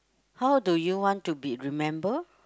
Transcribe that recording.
how do you want to be remember